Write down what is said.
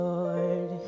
Lord